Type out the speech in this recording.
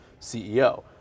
CEO